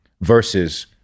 versus